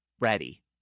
Ready